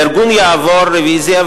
הארגון יעבור רוויזיה,